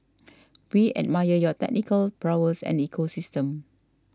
we admire your technical prowess and ecosystem